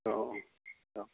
अ अ अ